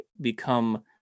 become